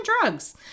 drugs